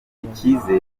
icyizere